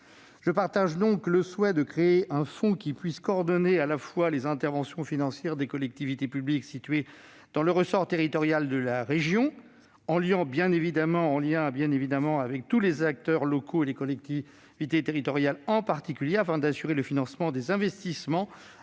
Je partage donc le souhait de créer un fonds qui puisse coordonner les interventions financières des collectivités publiques situées dans le ressort territorial de la région en lien avec tous les acteurs locaux, en particulier les collectivités territoriales, afin d'assurer le financement des investissements